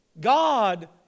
God